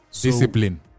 discipline